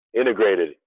integrated